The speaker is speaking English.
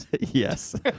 Yes